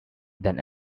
than